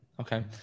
Okay